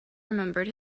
remembered